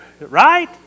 right